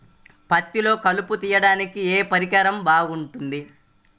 పత్తిలో కలుపు తీయడానికి ఏ పరికరం బాగుంటుంది?